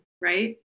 right